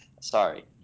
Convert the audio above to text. sorry